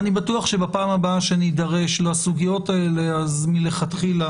אני בטוח שבפעם הבאה שנידרש לסוגיות האלה אז מלכתחילה